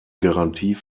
garantie